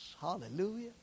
hallelujah